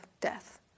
death